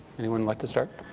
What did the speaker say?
anyone like to start?